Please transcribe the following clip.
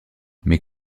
mais